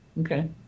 Okay